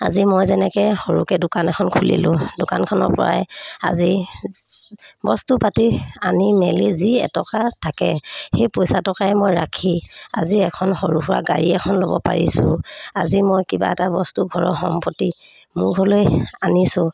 আজি মই যেনেকৈ সৰুকৈ দোকান এখন খুলিলোঁ দোকানখনৰপৰাই আজি বস্তু পাতি আনি মেলি যি এটকা থাকে সেই পইচা টকাই মই ৰাখি আজি এখন সৰুসুৰা গাড়ী এখন ল'ব পাৰিছোঁ আজি মই কিবা এটা বস্তু ঘৰৰ সম্পতি মোৰ ঘৰলৈ আনিছোঁ